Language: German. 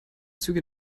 züge